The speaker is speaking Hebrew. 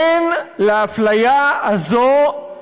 אין לאפליה הזאת,